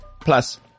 Plus